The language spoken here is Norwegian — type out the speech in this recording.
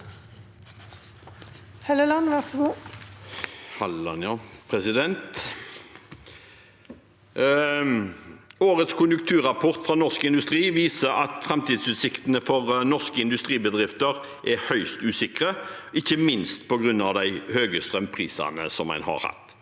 «Årets konjunk- turrapport fra Norsk Industri viser at framtidsutsiktene for norske industribedrifter er høyst usikre, ikke minst på grunn av de høye strømprisene. Inflasjon,